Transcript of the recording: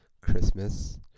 Christmas